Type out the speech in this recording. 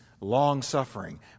long-suffering